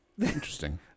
Interesting